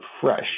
fresh